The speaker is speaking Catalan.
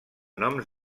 noms